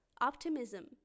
optimism